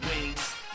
wings